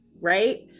right